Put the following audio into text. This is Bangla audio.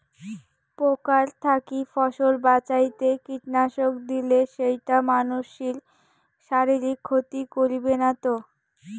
পোকার থাকি ফসল বাঁচাইতে কীটনাশক দিলে সেইটা মানসির শারীরিক ক্ষতি করিবে না তো?